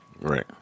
Right